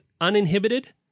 uninhibited